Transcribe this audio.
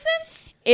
license